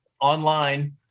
online